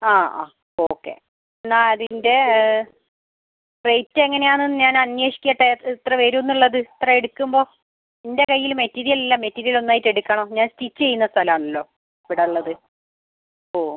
ആ ആ ഓക്കെ എന്നാൽ അതിൻ്റെ റേറ്റ് എങ്ങനെയാണെന്ന് ഞാൻ അന്വേഷിക്കട്ടെ എത്ര വരും എന്നുള്ളത് ഇത്രയും എടുക്കുമ്പോൾ എന്റെ കയ്യിൽ മെറ്റീരിയൽ ഇല്ല മെറ്റീരിയൽ ഒന്നായിട്ടെടുക്കണം ഞാൻ സ്റ്റിച്ച് ചെയ്യുന്ന സ്ഥലമാണല്ലോ ഇവിടെ ഉള്ളത് ഓ